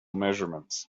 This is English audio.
measurements